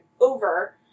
over